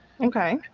Okay